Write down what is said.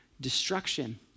destruction